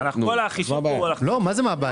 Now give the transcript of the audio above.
מה הבעיה?